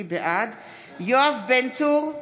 בן צור,